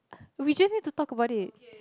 we just need to talk about it